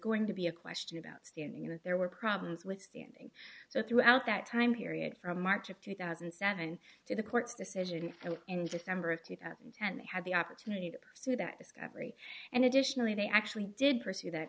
going to be a question about standing that there were problems with standing so throughout that time period from march of two thousand and seven to the court's decision in december of two thousand and ten they had the opportunity to pursue that discovery and additionally they actually did pursue that